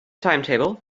timetable